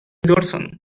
dorson